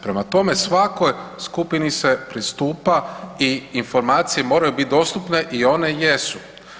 Prema tome, svakoj skupini se pristupa i informacije moraju bit dostupne i one jesu.